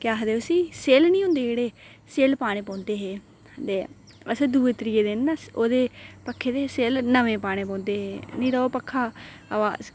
केह् आखदे उसी सैल्ल निं होंदे जेह्ड़े सैल्ल पाने पौंदे हे ते असें दूए त्रीए दिन ना ओह्दे पक्खे दे सैल्ल नमें पाने पौंदे हे निं तां ओह् पक्खा अवाज